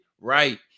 right